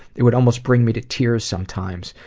it would almost bring me to tears sometimes,